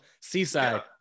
seaside